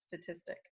statistic